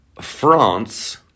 France